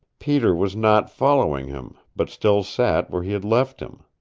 peter was not following him, but still sat where he had left him.